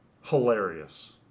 Hilarious